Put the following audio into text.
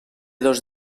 dos